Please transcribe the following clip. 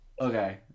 Okay